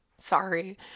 Sorry